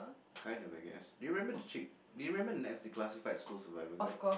kind of I guess do you remember the chick do you remember Ned's-Declassified-School-Survival-Guide